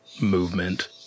movement